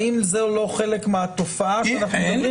האם זה לא חלק מהתופעה שאנחנו מדברים עליה.